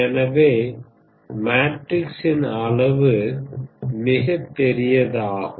எனவே மேட்ரிக்ஸின் அளவு மிகப்பெரியது ஆகும்